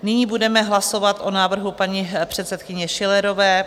Nyní budeme hlasovat o návrhu paní předsedkyně Schillerové.